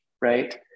right